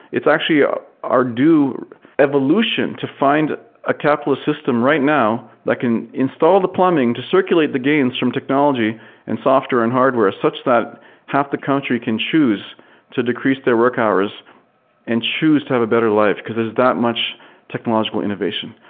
it's actually ah our due evolution to find a capital system right now that can install the plumbing to circulate the gains from technology and software and hardware such that half the country can choose to decrease their work hours and choose to have a better life, because there's that much technological innovation.